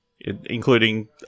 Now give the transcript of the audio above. including